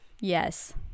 yes